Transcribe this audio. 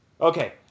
Okay